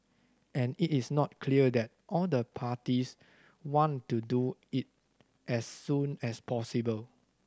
and it is not clear that all the parties want to do it as soon as possible